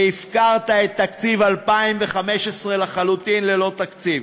והפקרת את תקציב 2015 לחלוטין, ללא תקציב,